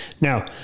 Now